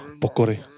pokory